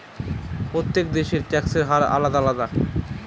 প্রত্যেক দেশের ট্যাক্সের হার আলাদা আলাদা